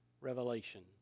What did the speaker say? revelation